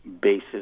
basis